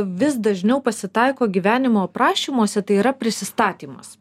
vis dažniau pasitaiko gyvenimo aprašymuose tai yra prisistatymas